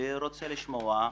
אני רוצה לשמוע.